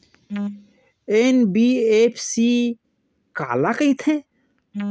NBFC काला कहिथे?